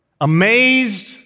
amazed